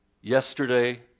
yesterday